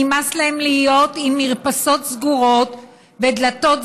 נמאס להם להיות עם מרפסות סגורות ודלתות סגורות,